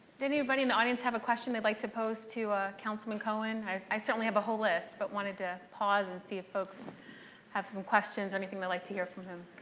did anybody in the audience have a question they'd like to pose to councilman cohen? i certainly have a whole list, but wanted to pause and see if folks have some questions or anything they'd like to hear from him.